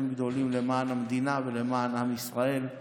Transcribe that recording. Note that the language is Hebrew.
גדולים למען המדינה ולמען עם ישראל.